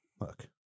look